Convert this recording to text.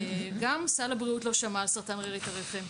אבל גם סל הבריאות לא שמע על סרטן רירית הרחם.